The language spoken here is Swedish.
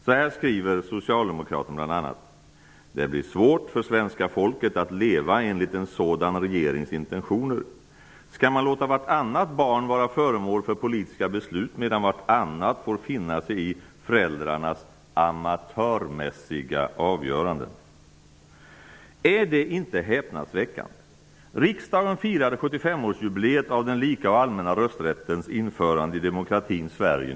Så här skriver socialdemokraten bl.a.: Det blir svårt för svenska folket att leva enligt en sådan regerings intentioner. Skall man låta vartannat barn vara föremål för politiska beslut, medan vartannat får finna sig i föräldrarnas amatörmässiga avgörande. Är det inte häpnadsväckande? Riksdagen firade nyligen 75-årsjubileet av den lika och allmänna rösträttens införande i demokratin Sverige.